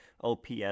OPS